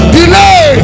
delay